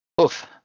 oof